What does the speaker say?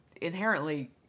inherently